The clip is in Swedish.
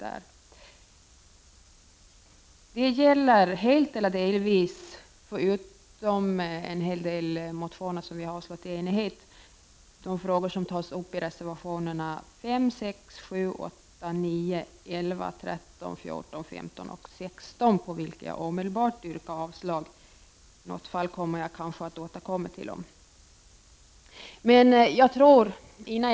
Debatten gäller helt eller delvis, förutom en hel del motioner som utskottet har avstyrkt i enighet, de frågor som tas upp i reservationerna 5,6,7,8,9,11,13,14,15 och 16, på vilka jag omedelbart yrkar avslag. Jag kanske återkommer till dem senare.